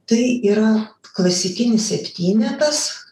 tai yra klasikinis septynetas